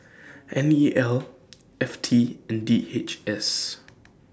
N E L F T and D H S